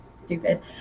Stupid